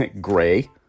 gray